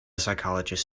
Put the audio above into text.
psychologist